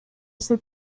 ese